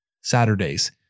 Saturdays